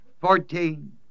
fourteen